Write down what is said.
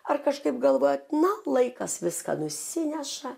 ar kažkaip galvojat na laikas viską nusineša